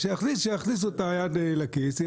אז שיכניסו את היד לכסף,